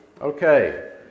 Okay